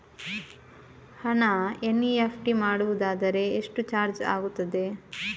ಹಣ ಎನ್.ಇ.ಎಫ್.ಟಿ ಮಾಡುವುದಾದರೆ ಎಷ್ಟು ಚಾರ್ಜ್ ಆಗುತ್ತದೆ?